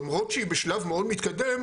למרות שהיא בשלב מאוד מתקדם,